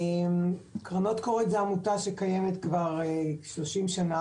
קרנות קורת זו עמותה שקיימת כבר 30 שנה,